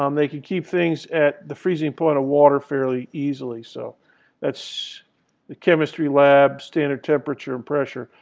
um they can keep things at the freezing point of water fairly easily. so that's the chemistry lab's standard temperature and pressure.